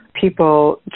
people